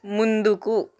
ముందుకు